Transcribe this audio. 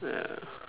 ya